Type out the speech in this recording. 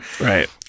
Right